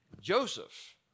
Joseph